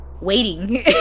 waiting